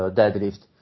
deadlift